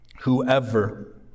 whoever